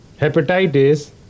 hepatitis